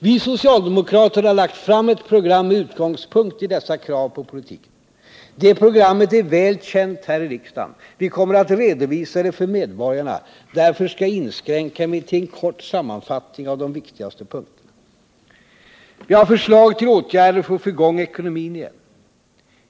Vi socialdemokrater har lagt fram ett program med utgångspunkt i dessa krav på politiken. Det programmet är väl känt här i riksdagen. Vi kommer att redovisa det för medborgarna. Därför skall jag inskränka mig till en kort sammanfattning av de viktigaste punkterna. Vi har förslag till åtgärder för att få i gång ekonomin igen.